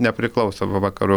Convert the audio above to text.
nepriklauso va vakarų